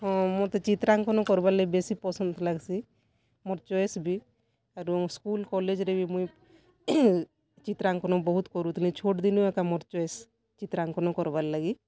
ହଁ ମତେ ଚିତ୍ରାଙ୍କନ କରବାର୍ ଲାଗି ବେଶୀ ପସନ୍ଦ୍ ଲାଗସି ମୋର୍ ଚଏସ୍ବି ଆରୁ ମୁଁ ସ୍କୁଲ୍ କଲେଜ୍ରେ ବି ମୁଇଁ ଚିତ୍ରାଙ୍କନ ବହୁତ୍ କରୁଥିଲି ଛୋଟ୍ ଦିନୁ ଏକା ମୋର୍ ଚଏସ୍ ଚିତ୍ରାଙ୍କନ କରବାର୍ ଲାଗି